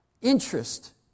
interest